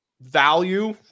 value